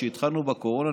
כשהתחלנו בקורונה,